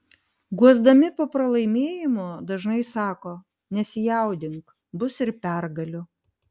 guosdami po pralaimėjimo dažnai sako nesijaudink bus ir pergalių